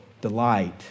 delight